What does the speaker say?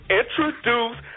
introduce